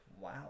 wow